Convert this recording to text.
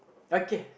okay